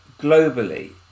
globally